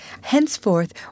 Henceforth